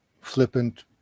flippant